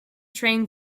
train